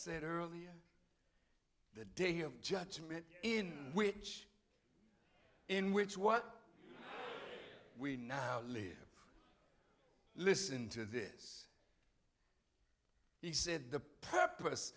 said earlier the day of judgment in which in which what we now live listen to this he said the purpose